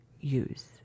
use